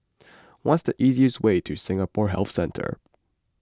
what is the easiest way to Singapore Health Centre